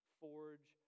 forge